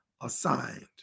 assigned